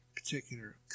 particular